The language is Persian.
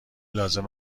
لازم